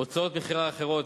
הוצאות מכירה אחרות,